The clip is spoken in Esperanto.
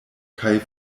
kaj